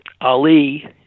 Ali